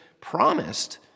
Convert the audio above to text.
Promised